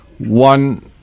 One